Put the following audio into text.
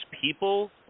people